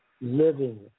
living